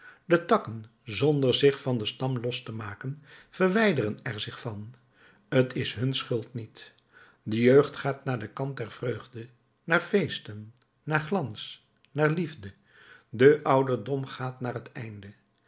de takken zonder zich van den stam los te maken verwijderen er zich van t is hun schuld niet de jeugd gaat naar den kant der vreugde naar feesten naar glans naar liefde de ouderdom gaat naar het einde